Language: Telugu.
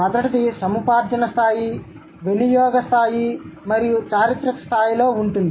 మొదటిది సముపార్జన స్థాయి వినియోగ స్థాయి మరియు చారిత్రక స్థాయిలో ఉంటుంది